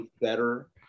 better